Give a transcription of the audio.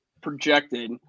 projected